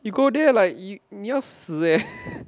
you go there like you 你要死 leh